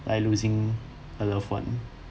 like losing a loved one